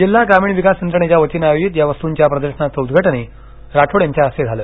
जिल्हा ग्रामीण विकास यंत्रणेच्या वतीने आयोजित या वस्तूंच्या प्रदर्शनाचं उद्घाटनही राठोड यांच्या हस्ते झालं